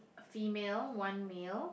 a female one male